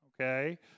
okay